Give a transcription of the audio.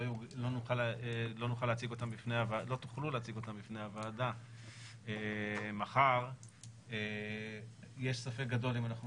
ולא תוכלו להציג אותן בפני הוועדה מחר יש ספק גדול אם אנחנו